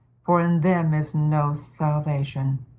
for in them is no salvation.